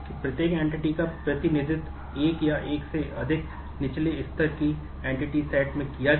अन्य बाधाएं में किया जाएगा